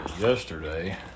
yesterday